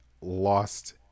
lost